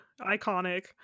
Iconic